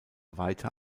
weiter